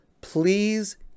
Please